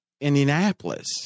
Indianapolis